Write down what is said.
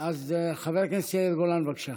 אז חבר הכנסת יאיר גולן, בבקשה.